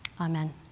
Amen